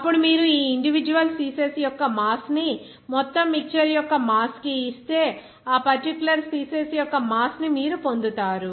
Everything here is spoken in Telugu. అప్పుడు మీరు ఈ ఇండివిడ్యువల్ స్పీసీస్ యొక్క మాస్ ని మొత్తం మిక్చర్ యొక్క మాస్ కి ఇస్తే ఆ పర్టిక్యులర్ స్పీసీస్ యొక్క మాస్ ని మీరు పొందుతారు